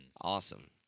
Awesome